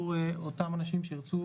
ושלומי יכול להרחיב על זה,